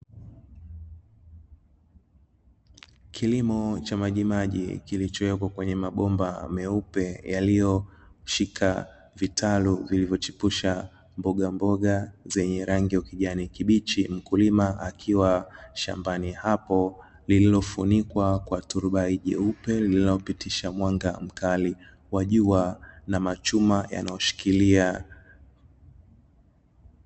Kilimo cha majimaji kilichowekwa kwenye mabomba meupe yaliyoshika vitalu vilivyochipusha mbogamboga zenye rangi ya kijani kibichi, mkulima akiwa shambani hapo lililofunikwa kwa turubai jeupe lililopitisha mwanga mkali wa jua na machuma yanayoshikilia.